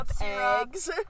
eggs